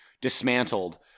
dismantled